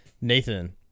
Nathan